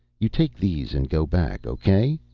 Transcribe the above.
you take these and go back. okay?